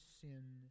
sin